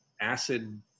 acid